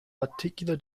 particular